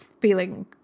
feeling